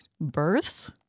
births